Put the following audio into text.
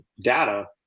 data